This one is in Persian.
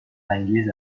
انگیز